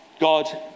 God